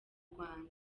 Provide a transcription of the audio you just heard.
rwanda